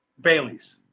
Bailey's